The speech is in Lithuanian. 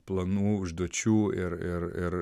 planų užduočių ir ir ir